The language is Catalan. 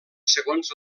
segons